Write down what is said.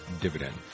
dividend